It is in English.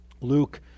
Luke